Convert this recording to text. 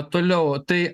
toliau tai